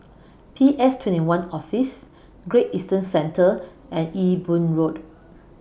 P S twenty one Office Great Eastern Centre and Ewe Boon Road